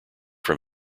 from